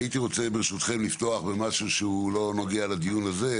אני רוצה ברשותכם לפתוח במשהו שלא נוגע לדיון הזה,